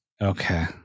Okay